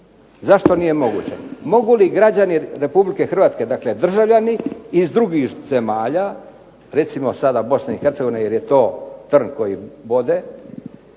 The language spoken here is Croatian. Zašto nije moguće? Mogu li građani RH, dakle državljani iz drugih zemalja, recimo sada BiH jer je to trn koji bode,